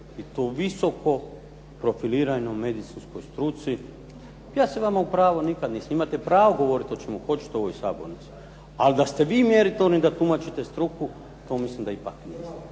i tu visoko profiliranoj medicinskoj struci. Ja se vama u pravo nikad, mislim imate pravo govoriti o čemu hoćete u ovoj sabornici, ali da ste mjeritovni da tumačite struku, to mislim da ipak niste.